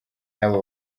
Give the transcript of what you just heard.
yabo